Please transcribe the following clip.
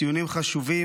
ציונים חשובים,